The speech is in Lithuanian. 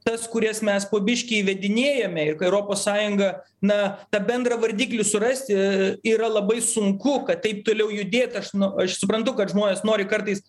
tas kurias mes po biškį įvedinėjame ir europos sąjunga na tą bendrą vardiklį surasti yra labai sunku kad taip toliau judėt aš nu aš suprantu kad žmonės nori kartais